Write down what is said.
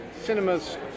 cinema's